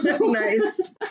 nice